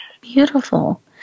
Beautiful